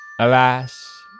Alas